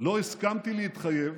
לא הסכמתי להתחייב